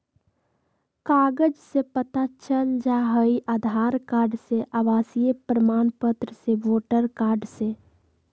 कागज से पता चल जाहई, आधार कार्ड से, आवासीय प्रमाण पत्र से, वोटर कार्ड से?